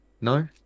no